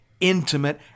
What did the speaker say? intimate